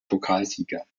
pokalsieger